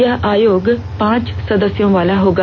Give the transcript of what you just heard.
यह आयोग पांच सदस्यों वाला होगा